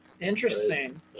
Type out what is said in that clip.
interesting